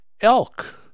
elk